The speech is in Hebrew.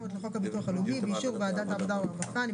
לחוק הביטוח הלאומי...ובאישור ועדת העבודה והרווחה של